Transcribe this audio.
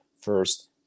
first